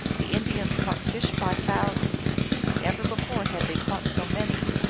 the indians caught fish by thousands never before had they caught so many.